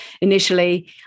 initially